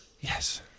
yes